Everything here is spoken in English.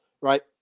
right